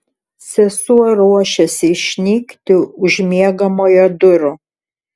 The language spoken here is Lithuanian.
sesuo ruošėsi išnykti už miegamojo durų